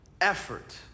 effort